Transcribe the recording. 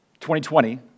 2020